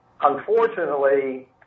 unfortunately